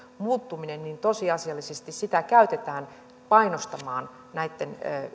muuttumista tosiasiallisesti käytetään painostamaan näitten